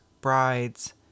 brides